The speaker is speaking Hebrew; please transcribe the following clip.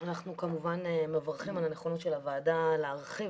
אנחנו כמובן מברכים על נכונות הוועדה להרחיב